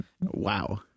Wow